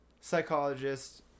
psychologist